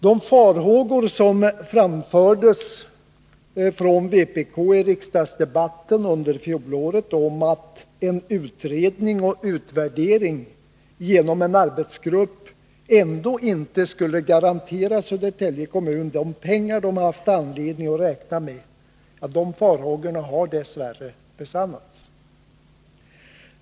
De farhågor som vpk framförde i fjolårets riksdagsdebatt om att en utredning och en utvärdering genom en arbetsgrupp ändå inte skulle garantera Södertälje kommun de pengar man haft anledning att räkna med, har dess värre besannats.